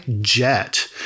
jet